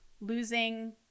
Losing